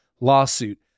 lawsuit